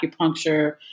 acupuncture